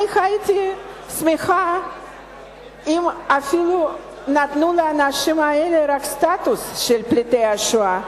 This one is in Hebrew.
הייתי שמחה אפילו אם היו נותנים לאנשים האלה רק סטטוס של פליטי השואה,